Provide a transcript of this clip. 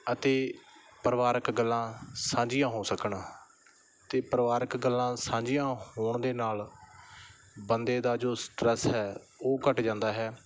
ਅਤੇ ਪਰਿਵਾਰਿਕ ਗੱਲਾਂ ਸਾਂਝੀਆਂ ਹੋ ਸਕਣ ਅਤੇ ਪਰਿਵਾਰਿਕ ਗੱਲਾਂ ਸਾਂਝੀਆਂ ਹੋਣ ਦੇ ਨਾਲ ਬੰਦੇ ਦਾ ਜੋ ਸਟਰੈਸ ਹੈ ਉਹ ਘੱਟ ਜਾਂਦਾ ਹੈ